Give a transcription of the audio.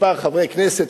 כמה חברי כנסת,